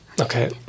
Okay